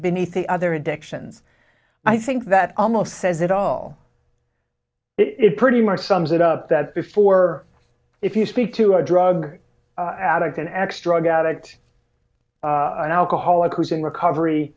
beneath the other addictions i think that almost says it all it pretty much sums it up that before if you speak to a drug addict an extra gadgets an alcoholic who's in recovery